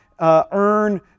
earn